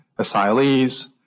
asylees